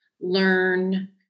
learn